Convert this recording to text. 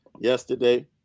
yesterday